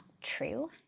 true